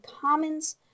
commons